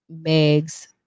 Meg's